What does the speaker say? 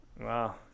Wow